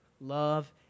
love